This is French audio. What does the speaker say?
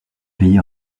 payés